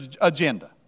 agenda